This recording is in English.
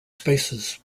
spaces